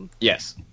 Yes